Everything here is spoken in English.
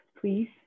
please